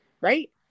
Right